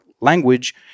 language